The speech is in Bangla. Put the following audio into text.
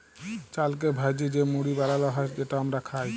চালকে ভ্যাইজে যে মুড়ি বালাল হ্যয় যেট আমরা খাই